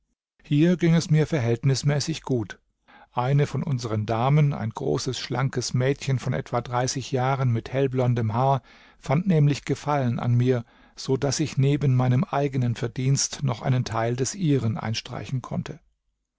hier ging es mir verhältnismäßig gut eine von unseren damen ein großes schlankes mädchen von etwa dreißig jahren mit hellblondem haar fand nämlich gefallen an mir so daß ich neben meinem eigenen verdienst noch einen teil des ihren einstreichen konnte